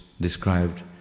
described